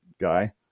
guy